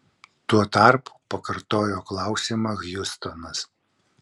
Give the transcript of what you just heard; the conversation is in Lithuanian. tuo tarpu pakartojo klausimą hjustonas